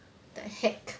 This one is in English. the heck